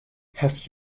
have